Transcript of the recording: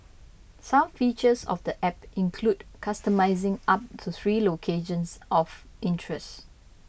some features of the app include customising up to three locations of interest